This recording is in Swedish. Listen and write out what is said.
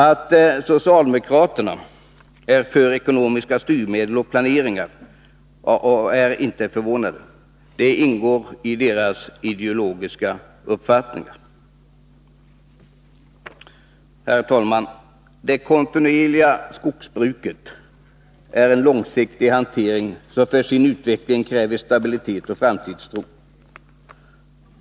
Att socialdemokraterna är för ekonomiska styrmedel och planering är inte förvånande, då det ingår i deras ideologiska uppfattning. Herr talman! Det kontinuerliga skogsbruket är en långsiktig hantering, som för sin utveckling kräver stabilitet och framtidstro.